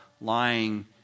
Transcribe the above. lying